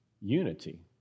Unity